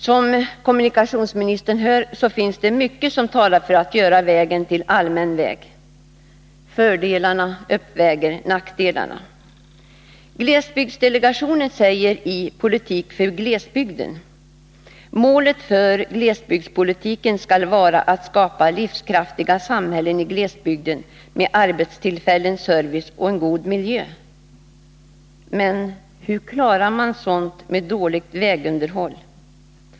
Som kommunikationsministern hör finns det mycket som talar för att man skall göra vägen till allmän väg. Fördelarna uppväger nackdelarna. Målet för glesbygdspolitiken skall vara att skapa livskraftiga samhällen i glesbygden, med arbetstillfällen, service och en god miljö. Men hur klarar man sådant med dåligt vägunderhåll?